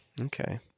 Okay